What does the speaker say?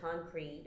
concrete